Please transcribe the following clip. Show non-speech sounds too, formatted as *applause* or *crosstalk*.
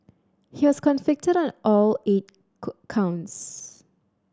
he was convicted on all eight *unintelligible* counts